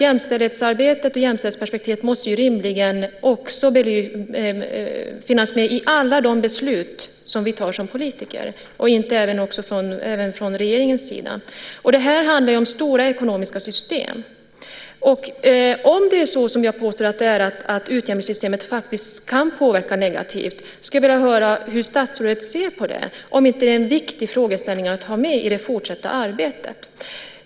Jämställdhetsarbetet och jämställdhetsperspektivet måste ju rimligen finnas med i alla de beslut som vi tar som politiker, även från regeringens sida. Det här handlar om stora ekonomiska system. Om det är som jag påstår, att utjämningssystemet faktiskt kan påverka negativt, skulle jag vilja höra hur statsrådet ser på detta och om det inte är en viktig frågeställning att ha med i det fortsatta arbetet.